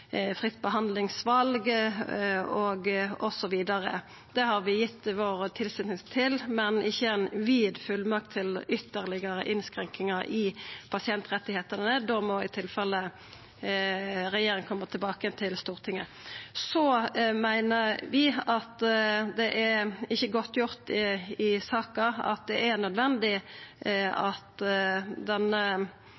fritt behandlingsval osv. Det har vi gitt vår tilslutning til, men ikkje ei vid fullmakt til ytterlegare innskrenkingar av pasientrettane. Da må regjeringa i tilfelle koma tilbake til Stortinget. Vidare meiner vi at det ikkje er godtgjort i saka at det er nødvendig